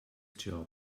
job